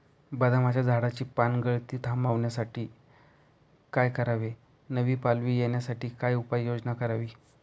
बदामाच्या झाडाची पानगळती थांबवण्यासाठी काय करावे? नवी पालवी येण्यासाठी काय उपाययोजना करावी?